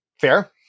Fair